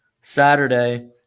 saturday